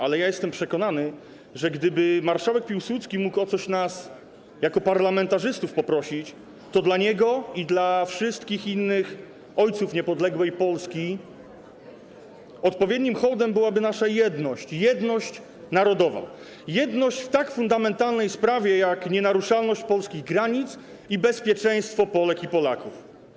Ale jestem przekonany, że gdyby marszałek Piłsudski mógł o coś nas jako parlamentarzystów poprosić, to dla niego i dla wszystkich innych ojców niepodległej Polski odpowiednim hołdem byłaby nasza jedność, jedność narodowa, jedność w tak fundamentalnej sprawie jak nienaruszalność polskich granic i bezpieczeństwo Polek i Polaków.